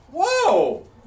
Whoa